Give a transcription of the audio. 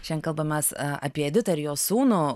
šiandien kalbamas apie editą ir jo sūnų